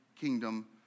kingdom